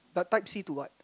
but type C to what